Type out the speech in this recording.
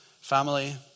family